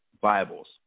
Bibles